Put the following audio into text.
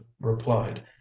replied